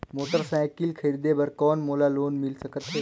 Motorcycle खरीदे बर कौन मोला लोन मिल सकथे?